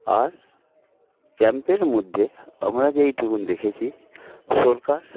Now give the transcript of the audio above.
আর ক্যাম্পের মধ্যে আমরা যেইটুকু দেখেছি সরকার